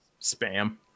spam